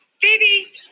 Phoebe